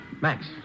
Max